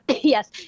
yes